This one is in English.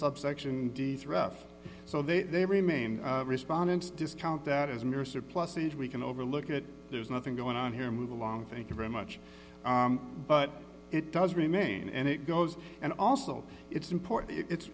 s rough so they remain respondents discount that as a nurse or plus and we can overlook it there's nothing going on here move along thank you very much but it does remain and it goes and also it's important it's